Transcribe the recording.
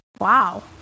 Wow